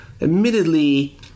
Admittedly